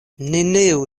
neniu